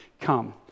come